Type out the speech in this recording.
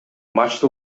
матчты